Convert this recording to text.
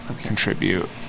contribute